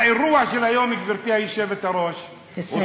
האירוע של היום, גברתי היושבת-ראש, תסיים.